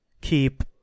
keep